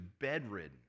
bedridden